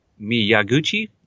Miyaguchi